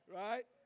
right